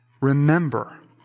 remember